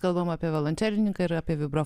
kalbame apie violončelininką ir apie vibro